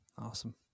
awesome